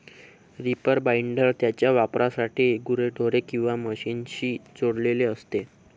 reaper binder त्याच्या वापरासाठी गुरेढोरे किंवा मशीनशी जोडलेले असते